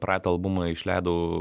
praeitą albumą išleidau